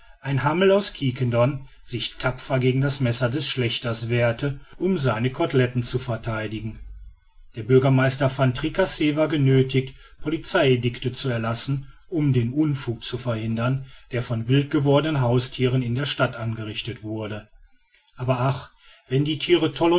ein hammel aus quiquendone sich tapfer gegen das messer des schlächters wehrte um seine coteletten zu vertheidigen der bürgermeister van tricasse war genöthigt polizei edicte zu erlassen um den unfug zu verhindern der von wild gewordenen hausthieren in der stadt angerichtet wurde aber ach wenn die thiere